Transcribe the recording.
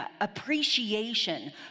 appreciation